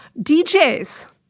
DJs